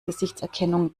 gesichtserkennung